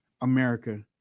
America